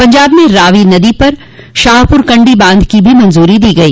पंजाब में रावी नदी पर शाहपुरकंडी बांध की भी मंजूरी दी गई